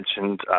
mentioned